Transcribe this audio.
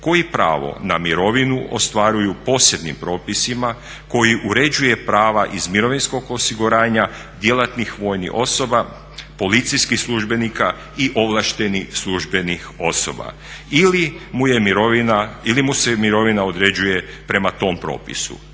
koji pravo na mirovinu ostvaruju posebnim propisima koji uređuje prava iz mirovinskog osiguranja djelatnih vojnih osoba, policijskih službenika i ovlaštenih službenih osoba ili mu se mirovina određuje prema tom propisu